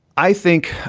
i think.